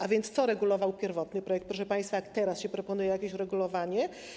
A więc co regulował pierwotny projekt, proszę państwa, jak teraz się proponuje jakieś regulowanie?